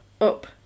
up